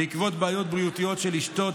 בעקבות בעיות בריאותיות של אשתו,